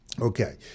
Okay